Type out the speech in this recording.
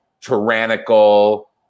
tyrannical